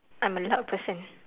I'm a loud person